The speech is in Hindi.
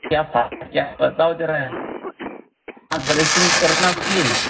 क्या फाल्ट क्या है बताओ जरा हाँ सर्विसिंग करो ना उसकी